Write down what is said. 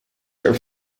are